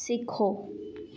सिखो